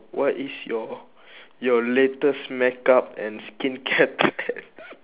what is your your latest makeup and skincare trends